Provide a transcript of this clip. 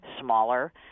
Smaller